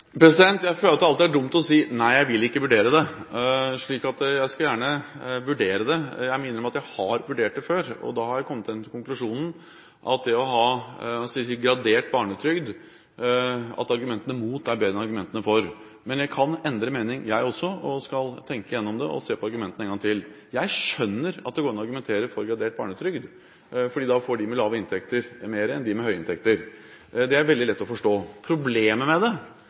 Jeg føler at det alltid er dumt å si at nei, jeg vil ikke vurdere det. Så jeg skal gjerne vurdere det. Jeg må innrømme at jeg har vurdert det før, og da har jeg kommet til den konklusjonen at argumentene mot å ha gradert barnetrygd er bedre enn argumentene for. Men jeg kan endre mening, jeg også, så jeg skal tenke gjennom det og se på argumentene en gang til. Jeg skjønner at det går an å argumentere for gradert barnetrygd, for da får de med lave inntekter mer enn de med høye inntekter. Det er veldig lett å forstå. Problemet med dette er at det